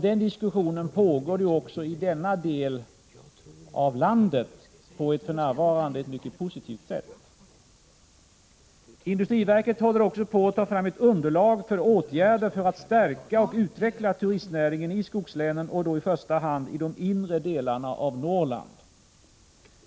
Den diskussionen pågår ju också i denna del av landet på ett för närvarande mycket positivt sätt. Industriverket håller också på att ta fram ett underlag för åtgärder i syfte att stärka och utveckla turistnäringen i skogslänen, i första hand i de inre delarna av Norrland.